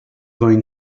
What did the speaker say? going